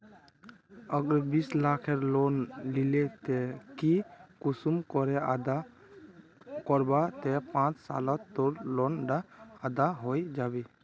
अगर बीस लाखेर लोन लिलो ते ती कुंसम करे अदा करबो ते पाँच सालोत तोर लोन डा अदा है जाबे?